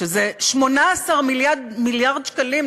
שזה 18 מיליארד שקלים.